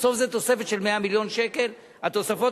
בסוף זה תוספת של 100 מיליון שקל, התוספות